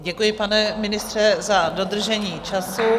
Děkuji, pane ministře, za dodržení času.